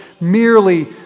merely